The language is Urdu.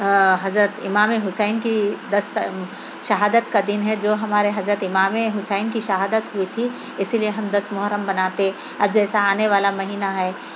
حضرت امام حسین کی دس شہادت کا دِن ہے جو ہمارے حضرت امام حسین کی شہادت ہوئی تھی اِسی لئے ہم دس محرم مناتے اب جیسا آنے والا مہینہ ہے